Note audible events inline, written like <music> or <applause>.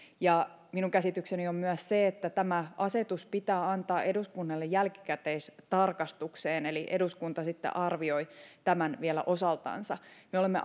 minun käsitykseni on myös se että tämä asetus pitää antaa eduskunnalle jälkikäteistarkastukseen eli eduskunta sitten arvioi tämän vielä osaltansa me olemme <unintelligible>